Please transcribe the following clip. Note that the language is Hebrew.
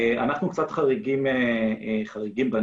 אנחנו קצת חריגים בנוף.